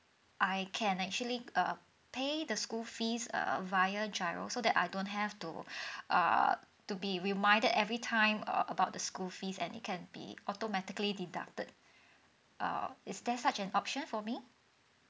I can actually uh pay the school fees err via GIRO so that I don't have to err to be reminded every time uh about the school fees and it can be automatically deducted err is there such an option for me